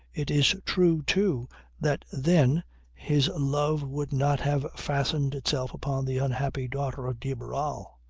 it is true too that then his love would not have fastened itself upon the unhappy daughter of de barral.